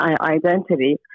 identity